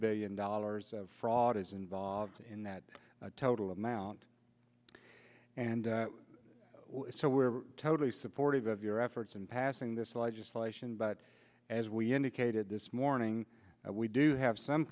billion dollars of fraud is involved in that total amount and so we're totally supportive of your efforts in passing this legislation but as we indicated this morning we do have some